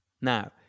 Now